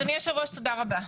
אדוני יושב הראש, תודה רבה.